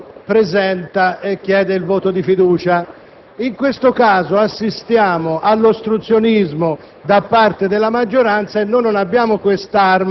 fa ostruzionismo, il Governo chiede il voto di fiducia. In questo caso assistiamo all'ostruzionismo